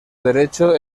derecho